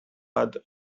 add